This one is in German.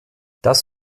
das